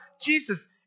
Jesus